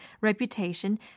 reputation